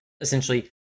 essentially